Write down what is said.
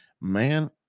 Man